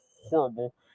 horrible